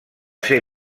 ser